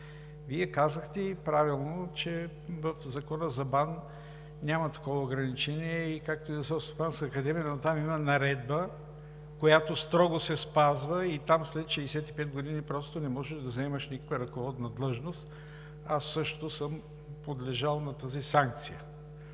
Вие казахте, и правилно, че в Закона за БАН няма такова ограничение, както и за Селскостопанската академия, но там има Наредба, която строго се спазва, и там след 65 години просто не можеш да заемаш никаква ръководна длъжност. Аз също съм подлежал на тази санкция.